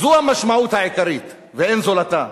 זו המשמעות העיקרית ואין זולתה.